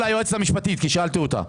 קודם כל היועצת המשפטית, כי שאלתי אותה.